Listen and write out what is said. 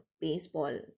baseball